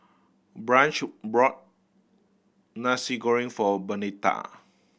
Branch brought Nasi Goreng for Bernetta